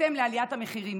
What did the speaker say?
בהתאם לעליית המחירים.